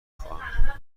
خواهم